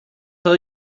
tell